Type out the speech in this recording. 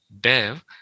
dev